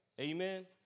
Amen